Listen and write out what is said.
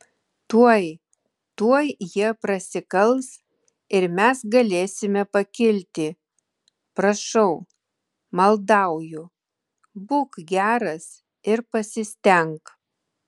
tuoj tuoj jie prasikals ir mes galėsime pakilti prašau maldauju būk geras ir pasistenk